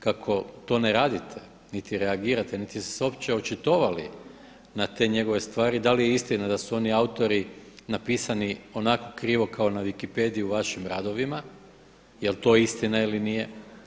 Kako to ne radite, niti reagirate, niti ste se uopće očitovali na te njegove stvari da li je istina da su oni autori napisani onako krivo kao na wikipediji u vašim radovima jel' to istina ili nije.